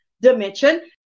dimension